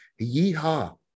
yeehaw